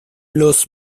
los